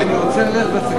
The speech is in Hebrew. היושב-ראש,